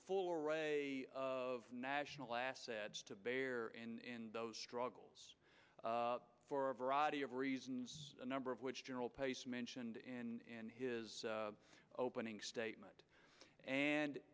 full array of national assets to bear in those struggles for a variety of reasons a number of which general pace mentioned in his opening statement and